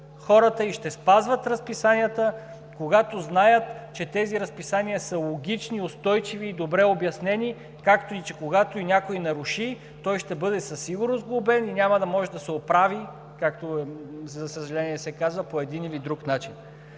хората и ще спазват разписанията, когато знаят, че тези разписания са логични, устойчиви и добре обяснени, както и че когато някой наруши, той ще бъде глобен със сигурност и няма да може да се оправи както, за съжаление, се казва по един или друг начин.